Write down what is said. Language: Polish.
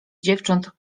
dziewcząt